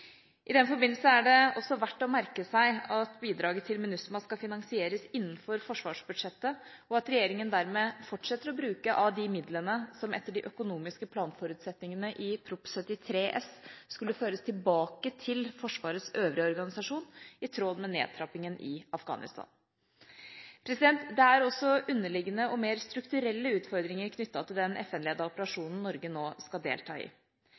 I den forbindelse er det også verdt å merke seg at bidraget til MINUSMA skal finansieres innenfor forsvarsbudsjettet, og at regjeringa dermed fortsetter å bruke av de midlene som etter de økonomiske planforutsetningene i Prop. 73 S skulle føres tilbake til Forsvarets øvrige organisasjon i tråd med nedtrappingen i Afghanistan. Det er også underliggende og mer strukturelle utfordringer knyttet til den FN-ledede operasjonen Norge nå skal delta i.